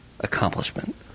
accomplishment